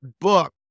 book